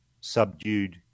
subdued